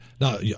Now